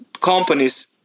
companies